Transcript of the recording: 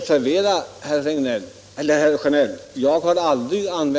Herr talman! Jag har aldrig sagt att